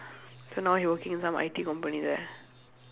so now he working in some I_T company there